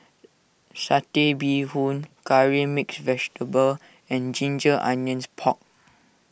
Satay Bee Boon Curry Mixed Vegetable and Ginger Onions Pork